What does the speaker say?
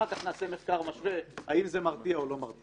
אחר כך נעשה מחקר משווה האם זה מרתיע או לא מרתיע.